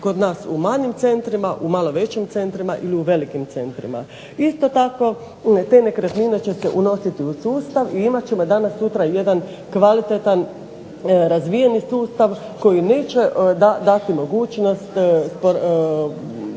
kod nas u manjim centrima, u malo većim centrima ili u velikim centrima. Isto tako te nekretnine će se unositi u sustav i imat ćemo danas sutra jedan kvalitetan razvijeni sustav koji neće dati mogućnost